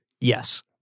yes